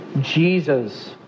Jesus